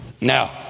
Now